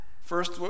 First